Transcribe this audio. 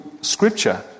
scripture